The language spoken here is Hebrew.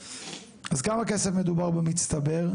אז כמה כסף מדובר במצטבר?